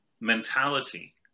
mentality